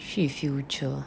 去 future ah